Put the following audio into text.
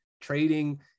trading